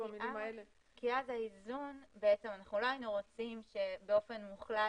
לא היינו רוצים שבאופן מוחלט,